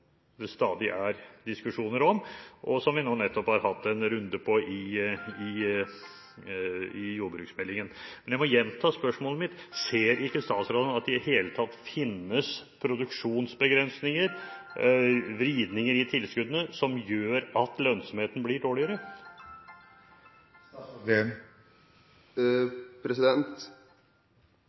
det stadig er diskusjoner om, og som vi nå nettopp har hatt en runde på i forbindelse med jordbruksmeldingen. Jeg må gjenta spørsmålet mitt: Ser ikke statsråden at det i det hele tatt finnes produksjonsbegrensninger, vridninger i tilskuddene, som gjør at lønnsomheten blir dårligere?